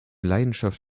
leidenschaft